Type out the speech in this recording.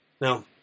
Now